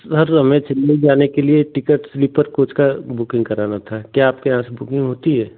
sir हमें चेन्नई जाने के लिए टिकट स्लीपर कोच की बुकिंग कराना था क्या आपके यहाँ से बुकिंग होती है